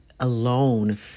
Alone